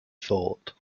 thought